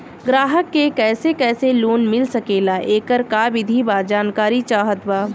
ग्राहक के कैसे कैसे लोन मिल सकेला येकर का विधि बा जानकारी चाहत बा?